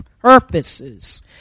purposes